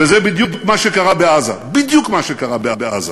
וזה בדיוק מה שקרה בעזה, בדיוק מה שקרה בעזה,